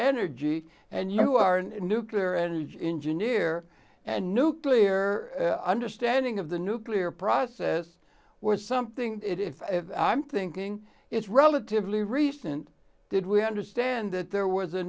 energy and you are and nuclear energy engineer a new clear understanding of the nuclear process was something that if i'm thinking it's relatively recent did we understand that there was a